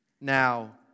Now